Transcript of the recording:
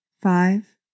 five